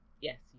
yes